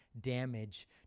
damage